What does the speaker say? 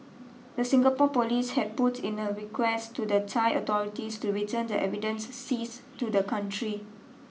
the Singapore police had put in a request to the Thai authorities to return the evidence seized to the country